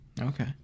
Okay